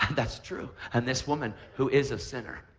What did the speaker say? that's true. and this woman who is a sinner,